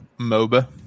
MOBA